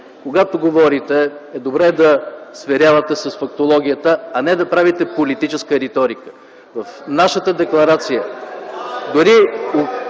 когато говорите, добре е да сверявате с фактологията, а не да правите политическа риторика. В нашата декларация дори